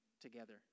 together